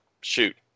shoot